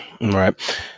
Right